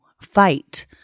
fight